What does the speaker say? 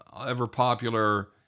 ever-popular